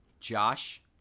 Josh